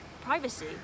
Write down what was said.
privacy